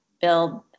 build